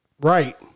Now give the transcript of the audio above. Right